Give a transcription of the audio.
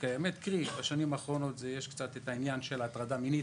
כי בשנים האחרונות יש את העניין של הטרדה מינית,